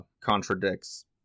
contradicts